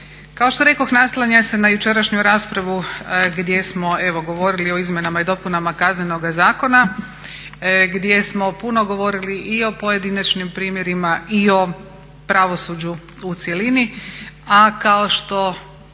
Kao što rekoh naslanja se na jučerašnju raspravu gdje smo govorili o izmjenama i dopunama Kaznenoga zakona, gdje smo puno govorili i o pojedinačnim primjerima i o pravosuđu u cjelini. A kao što